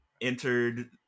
entered